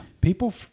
people